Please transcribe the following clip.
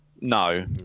No